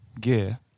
gear